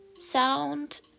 sound